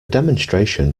demonstration